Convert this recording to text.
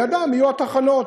לידם יהיו התחנות.